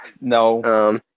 No